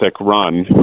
run